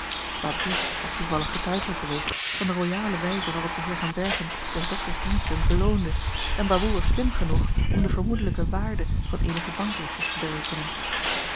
baboe was toevallig getuige geweest van de royale wijze waarop de heer van berchem des dokters diensten beloonde en baboe was slim genoeg om de vermoedelijke waarde van eenige bankbriefjes te berekenen